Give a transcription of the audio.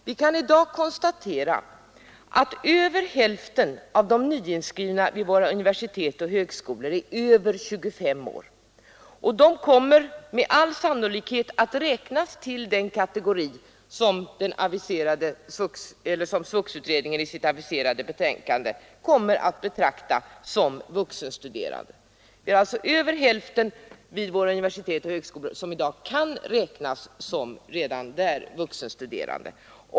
Vi kan i dag konstatera att över hälften av de nyinskrivna vid våra universitet och högskolor är över 25 år, och de kommer med all sannolikhet att räknas till den kategori som SVUX-utredningen i sitt aviserade betänkande kommer att betrakta som vuxenstuderande.